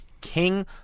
king